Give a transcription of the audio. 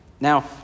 Now